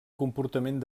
comportament